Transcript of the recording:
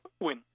win